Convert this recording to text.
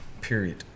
Period